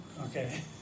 Okay